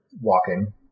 walking